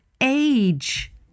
age